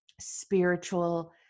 spiritual